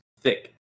thick